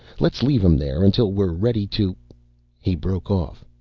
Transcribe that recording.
let's leave em there until we're ready to he broke off.